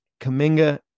Kaminga